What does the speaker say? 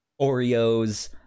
oreos